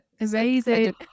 Amazing